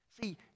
See